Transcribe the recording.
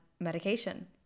medication